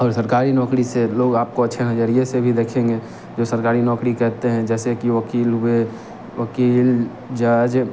और सरकारी नौकरी से लोग आपको अच्छे नज़रिए से भी देखेंगे जो सरकारी नौकरी करते हैं जैसे कि वकील हुए वक़ील जज